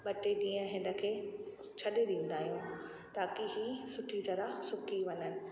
ॿ टे ॾींहं हिनखे छॾे ॾींदा आहियूं ताकी ही सुठी तरह सुकी वञनि